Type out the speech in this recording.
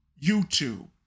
YouTube